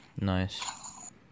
Nice